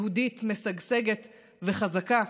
יהודית, משגשגת וחזקה,